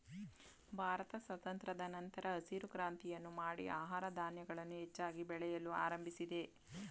ಭಾರತ ಸ್ವಾತಂತ್ರದ ನಂತರ ಹಸಿರು ಕ್ರಾಂತಿಯನ್ನು ಮಾಡಿ ಆಹಾರ ಧಾನ್ಯಗಳನ್ನು ಹೆಚ್ಚಾಗಿ ಬೆಳೆಯಲು ಆರಂಭಿಸಿದೆ